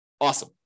Awesome